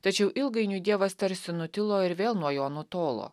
tačiau ilgainiui dievas tarsi nutilo ir vėl nuo jo nutolo